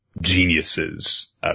geniuses